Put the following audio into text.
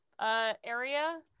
area